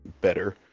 better